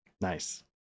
Nice